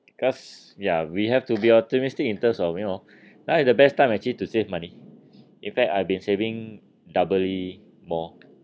because ya we have to be optimistic in terms of you know now is the best time actually to save money in fact I've been saving doubly more